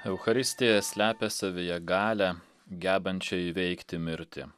eucharistija slepia savyje galią gebančią įveikti mirtį